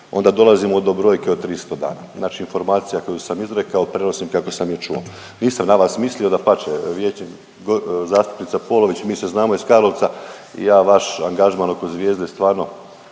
onda dolazimo do brojke od 300 dana. Znači informacija koju sam izrekao prenosim kako sam je čuo. Nisam na vas mislio, dapače zastupnica Polović mi se znamo iz Karlovca. Ja vaš angažman oko Zvijezde stvarno